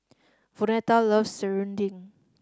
Vonetta loves Serunding